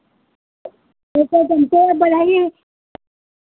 जैसे तुमसे बढ़ई